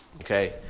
Okay